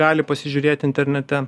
gali pasižiūrėt internete